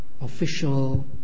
official